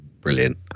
Brilliant